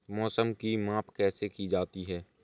मौसम की माप कैसे की जाती है?